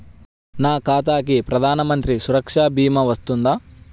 నా ఖాతాకి ప్రధాన మంత్రి సురక్ష భీమా వర్తిస్తుందా?